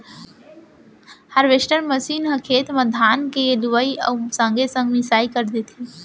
harvester machine ह खेते म धान के लुवई अउ संगे संग मिंसाई कर देथे